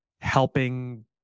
helping